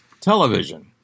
television